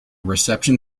reception